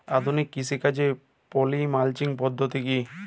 আধুনিক কৃষিকাজে poly mulching পদ্ধতি কি?